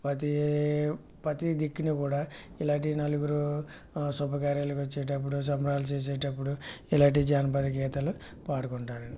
ప్రతి ప్రతి దిక్కున కూడా ఇలాంటి నలుగురు శుభకార్యాలు వచ్చేటప్పుడు సంబరాలు చేసేటప్పుడు ఇలాంటి జానపద గీతాలు పాడుకుంటారు